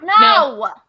No